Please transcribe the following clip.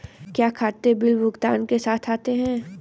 क्या खाते बिल भुगतान के साथ आते हैं?